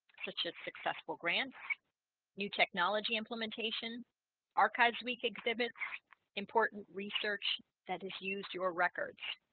such as successful grants new technology implementation archives week exhibits important research that has used your record